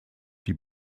die